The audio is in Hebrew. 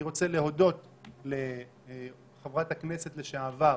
אני רוצה להודות לחברת הכנסת לשעבר,